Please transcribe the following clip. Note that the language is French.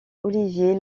olivier